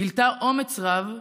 גילתה אומץ רב,